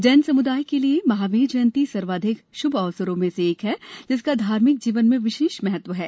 जैन समुदाय के लिए महावीर जयंती सर्वाधिक श्भ अवसरों में से एक है जिसका धार्मिक जीवन में विशेष महत्व है